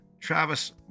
Travis